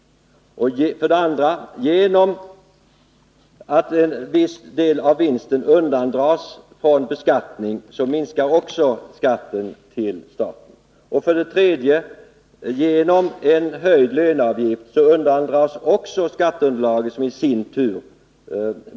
För det andra minskar skatten till staten genom att viss del undandras från beskattning. För det tredje minskar statens skatteintäkter genom att den höjda löneavgiften minskar skatteunderlaget.